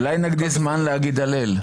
אולי נקדיש זמן להגיד "הלל".